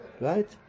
right